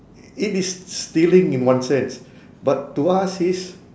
it is s~ stealing in one sense but to us it's